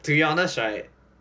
to be honest right